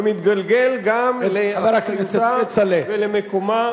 ומתגלגל גם לאחריותה ולמקומה,